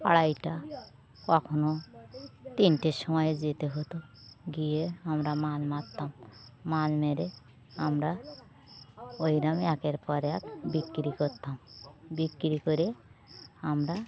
আড়াইটে কখনো তিনটের সময়ে যেতে হতো গিয়ে আমরা মাছ মারতাম মাছ মেরে আমরা ওই রকম একের পরে এক বিক্রি করতাম বিক্রি করে আমরা